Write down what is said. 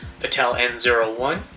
pateln01